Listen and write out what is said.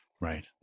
right